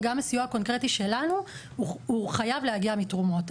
וגם הסיוע הקונקרטי שלנו הוא חייב להגיע מתרומות,